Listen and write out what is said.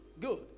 good